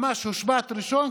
ממש הושבת ראשון,